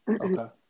okay